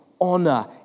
honor